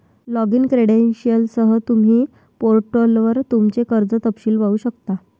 login क्रेडेंशियलसह, तुम्ही पोर्टलवर तुमचे कर्ज तपशील पाहू शकता